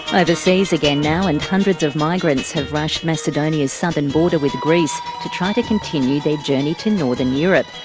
overseas again now, and hundreds of migrants have rushed macedonia's southern border with greece to try to continue their journey to northern europe.